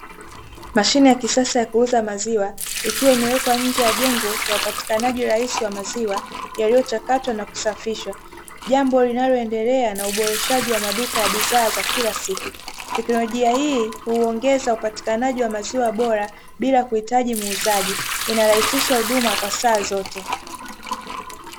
Mashine ya kisasa ya kuuza maziwa, ikiwa imewekwa nje ya jengo la upatikanaji rahisi wa maziwa, yaliyochakatwa na kusafishwa. Jambo linaloendelea na uboreshaji wa maduka ya bidhaa za kila siku. Teknolojia hii, huongeza upatikanaji wa maziwa bora bila kuhitaji muuzaji, inarahisisha huduma kwa saa zote.